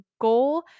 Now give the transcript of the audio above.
goal